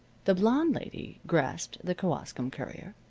the blonde lady grasped the kewaskum courier.